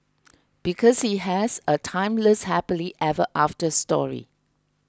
because he has a timeless happily ever after story